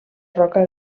roca